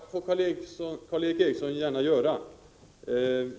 Herr talman! Ja, det får Karl Erik Eriksson gärna göra.